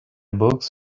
books